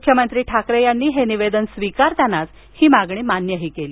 मुख्यमंत्री ठाकरे यांनी निवेदन स्वीकारतानाच ही मागणी मान्य केली